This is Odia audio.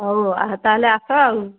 ହଉ ତା'ହେଲେ ଆସ ଆଉ